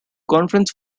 conference